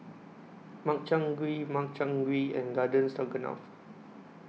Makchang Gui Makchang Gui and Garden Stroganoff